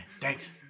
Thanks